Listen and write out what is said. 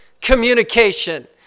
communication